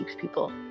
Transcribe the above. people